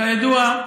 כידוע,